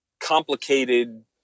complicated